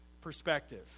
Perspective